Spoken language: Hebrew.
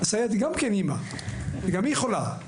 הסייעת היא גם כן אימא וגם היא חולה,